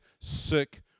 sick